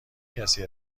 کسی